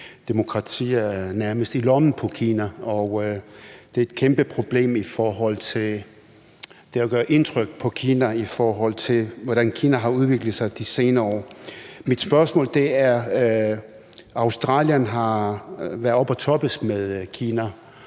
demokratier er nærmest i lommen på Kina, og det er et kæmpe problem i forhold til det at gøre indtryk på Kina, og i forhold til hvordan Kina har udviklet sig de senere år. Mit spørgsmål er: Australien har været oppe at toppes med Kina,